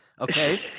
okay